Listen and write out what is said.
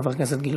חבר הכנסת גילאון.